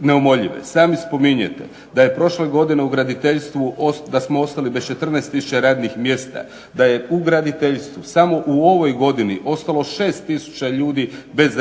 neumoljive. Sami spominjete da je prošle godine u graditeljstvu, da smo ostali bez 14 tisuća radnih mjesta, da je u graditeljstvu samo u ovoj godini o stalo 6 tisuća ljudi bez